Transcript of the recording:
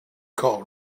call